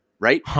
Right